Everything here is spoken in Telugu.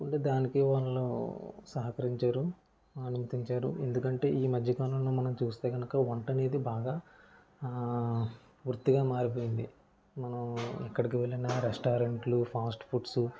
తీసుకుంటే దానికి వాళ్ళు సహకరించారు అనుమతించారు ఎందుకంటే ఈ మధ్యకాలంలో మనం చూస్తే కనుక వంట అనేది బాగా వృత్తిగా మారిపోయింది మనం ఎక్కడికి వెళ్ళినా రెస్టారెంట్లు ఫాస్ట్ ఫుడ్స్